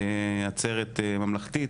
עצרת ממלכתית,